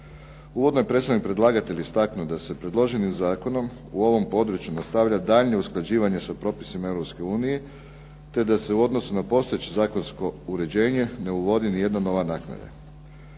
Uvodno je predstavnik predlagatelja istaknuo da se predloženim zakonom u ovom području nastavlja daljnje usklađivanje sa propisima Europske unije, te da se u odnosu na postojeće zakonsko uređenje ne uvodi ni jedna nova naknada.